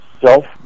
self